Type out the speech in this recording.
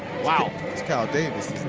wow. that's kyle davis.